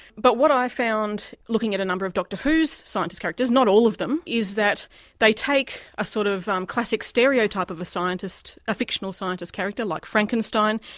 but what i found looking at a number of doctor who's scientist characters, not all of them, is that they take a sort of um classic stereotype of a fictional scientist character, like frankenstein,